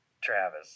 Travis